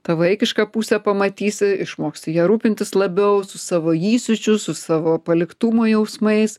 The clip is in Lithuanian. tą vaikišką pusę pamatysi išmoksi ja rūpintis labiau su savo įsiūčiu su savo paliktumo jausmais